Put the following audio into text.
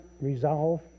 resolve